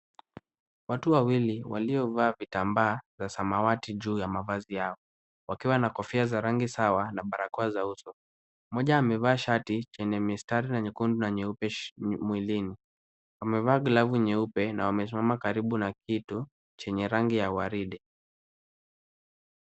Watu wawili waliovaa vitambaa za samawati juu ya vazi yao wakiwa na kofia za rangi sawa na barakoa za uso. Moja amevaa shati chenye mistari na nyekundu na nyeupe mwilini, amevaa glavu nyeupe na wamesimama karibu na kitu chenye rangi ya waridi.